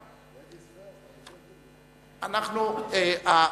Ladies first, אני ג'נטלמן.